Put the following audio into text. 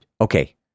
okay